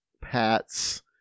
Pat's